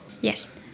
Yes